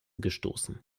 gestoßen